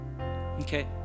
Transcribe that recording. Okay